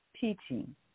teaching